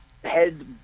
Head